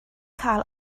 cael